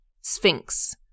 sphinx